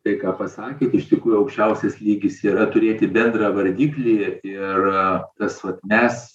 tai ką pasakėt iš tikrųjų aukščiausias lygis yra turėti bendrą vardiklį ir tas vat mes